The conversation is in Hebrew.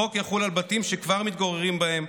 החוק יחול על בתים שכבר מתגוררים בהם,